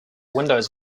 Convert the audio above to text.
windows